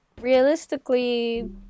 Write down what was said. realistically